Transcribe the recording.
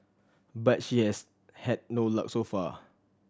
but she has had no luck so far